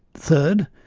third,